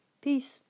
peace